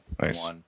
Nice